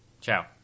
ciao